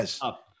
up